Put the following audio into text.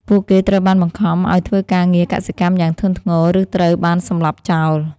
ពួកគេត្រូវបានបង្ខំឱ្យធ្វើការងារកសិកម្មយ៉ាងធ្ងន់ធ្ងរឬត្រូវបានសម្លាប់ចោល។